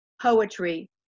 poetry